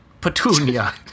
Petunia